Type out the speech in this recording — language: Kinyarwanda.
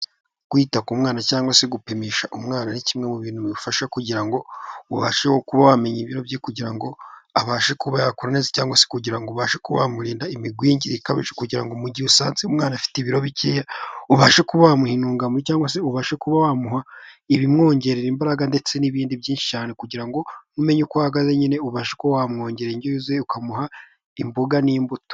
Kwita ku mwana cyangwa se gupimisha umwana ni kimwe mu bintu bifasha kugira ngo ubashe kuba wamenya ibiro bye kugira ngo abashe kuba yakora neza cyangwa se kugirango ubashe kubamurinda imigwingire ikabije kugira mu gihe usanze umwana afite ibiro bike ubashe kuba wamuha intungamubiri cyangwa se ubashe kuba wamuha ibimwongerera imbaraga ndetse n'ibindi byinshi cyane kugira ngo umenye uko umwana ahagaze nyine ubasha uko wamwongerara indyo yuzuye ukamuha imboga n'imbuto.